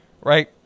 right